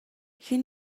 хэн